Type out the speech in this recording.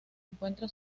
encuentra